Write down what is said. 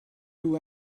who